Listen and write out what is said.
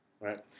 right